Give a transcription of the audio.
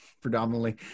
predominantly